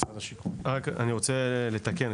אני רק רוצה לתקן.